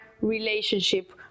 relationship